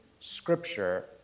scripture